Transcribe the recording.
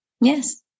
yes